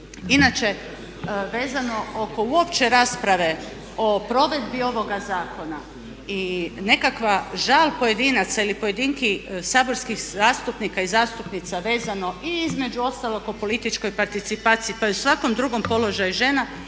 Inače vezano oko uopće rasprave o provedbi ovoga zakona i nekakva žal pojedinaca ili pojedinki saborski zastupnika i zastupnica i vezano i između ostalog o političkoj participaciji pa i svakom drugom položaju žena,